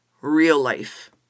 real-life